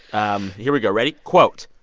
um here we go. ready. quote,